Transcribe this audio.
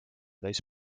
täis